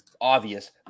obvious